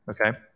okay